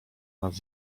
nas